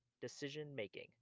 decision-making